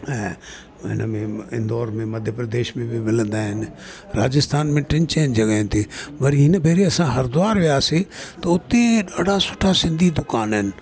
ऐं हिनमें इंदौर में मध्य प्रदेश में बि मिलंदा आहिनि राजस्थान में टिनि चैन जॻहियुनि ते वरी हिन भेरीअ असां हरिद्वार वियासीं त हुते ॾाढा सुठा सिंधी दुकान आइन